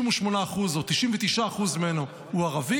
98% או 99% ממנו הוא ערבי,